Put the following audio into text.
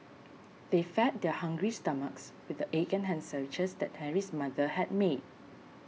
they fed their hungry stomachs with the egg and ham sandwiches that Henry's mother had made